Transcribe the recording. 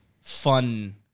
fun